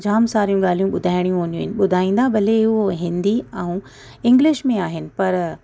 जाम सारियूं ॻाल्हियूं ॿुधायणियूं हूंदियूं आहिनि ॿुधाईंदा भले ई हो हिंदी ऐं इंग्लिश में आहिनि पर